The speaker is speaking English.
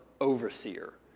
overseer